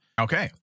okay